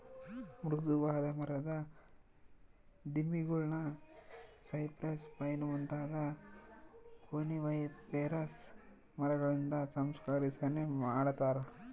ಮೃದುವಾದ ಮರದ ದಿಮ್ಮಿಗುಳ್ನ ಸೈಪ್ರೆಸ್, ಪೈನ್ ಮುಂತಾದ ಕೋನಿಫೆರಸ್ ಮರಗಳಿಂದ ಸಂಸ್ಕರಿಸನೆ ಮಾಡತಾರ